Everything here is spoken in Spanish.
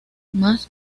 más